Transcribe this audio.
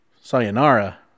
sayonara